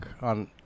on